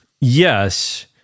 Yes